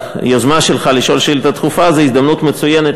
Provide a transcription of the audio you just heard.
היוזמה שלך לשאול שאילתה דחופה היא הזדמנות מצוינת